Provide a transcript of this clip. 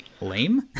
lame